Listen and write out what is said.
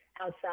outside